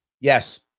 Yes